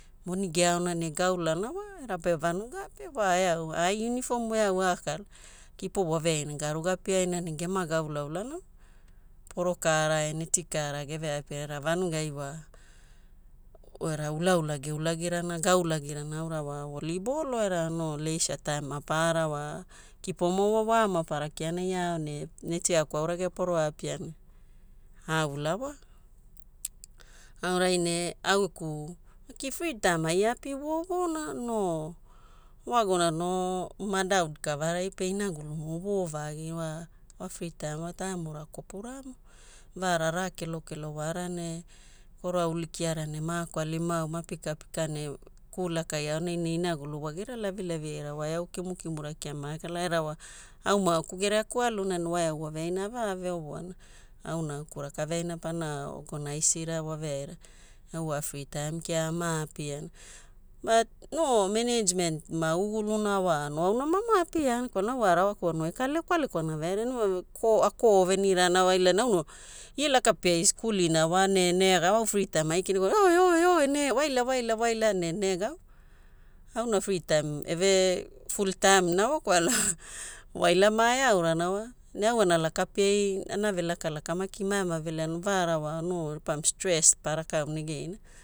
Ne mave lakawaina inaku ave visitiana pa ave alu kirina oi ne rakaveaina aikina eveaina eveaina aurai ne paveaonai kipo ana lakalaka ne aonai ne maevakilakuna, ina vaara waveaina=ra. Aonai mae raka kilana, walo pio voi ne pa uliria, na oi ripamu, mama, au wa iragulu era melo kavanai vakilara eauai pe free time wa ai voo verave, au geku ai waveaina avakilaana. Ina so au geku free time ai wa puka ana ai, vaaraira ulaula aura neti e kwarageana gaveulana, vagiaira wa kovoa avauna na most times wa aiai every free time aiai aririwana era agiai upunamana